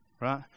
right